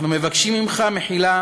אנחנו מבקשים ממך מחילה